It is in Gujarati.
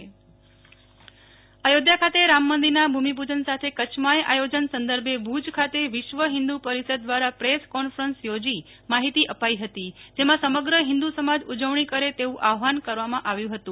નેહ્લ ઠક્કર કચ્છ રામ મંદિર ભૂમિપુજન ઉજવણી અયોધ્યા ખાતે રામમંદિરના ભૂમિપૂજન સાથે કચ્છમાંય આયોજન સંદર્ભે ભુજ ખાતે વિશ્વ હિન્દુ પરિષદ દ્વારા પ્રેસ કોન્ફરન્સ યોજી માહિતી અપાઇ હતી જેમાં સમગ્ર હિન્દુ સમાજ ઉજવણી કરે તેવું આહવાન કરવામાં આવ્યું હતું